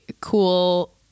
cool